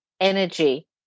energy